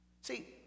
See